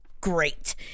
great